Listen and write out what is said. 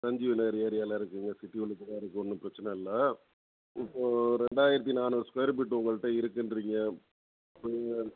சஞ்சீவ் நகர் ஏரியாவில இருக்குதுங்க சிட்டி உள்ளுக்கு தான் இருக்குது ஒன்றும் பிரச்சனை இல்லை இப்போது ரெண்டாயிரத்தி நானூறு ஸ்கொயர் ஃபீட் உங்கள்ட்ட இருக்குதுன்றீங்க இப்போ நீங்கள்